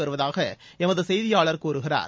வருவதாக எமது செய்தியாளர் கூறுகிறார்